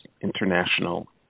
International